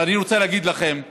ואני רוצה להגיד לכם: